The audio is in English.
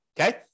okay